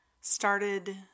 started